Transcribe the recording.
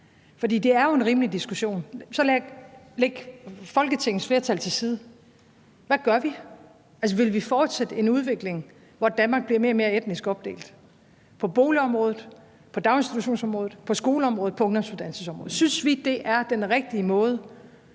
for det er jo en rimelig diskussion. Læg Folketingets flertal til side – hvad gør vi? Altså, vil vi fortsætte en udvikling, hvor Danmark bliver mere og mere etnisk opdelt på boligområdet, på daginstitutionsområdet, på skoleområdet, på ungdomsuddannelsesområdet? Synes vi, at det er den rigtige måde